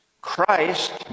Christ